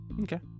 Okay